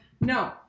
No